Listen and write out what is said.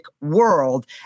World